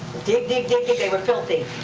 dig, dig, dig, dig. they were filthy.